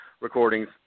recordings